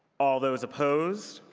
all those opposed?